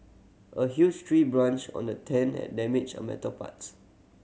a huge tree branch on the tent and damaged on metal parts